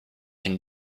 can